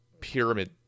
pyramid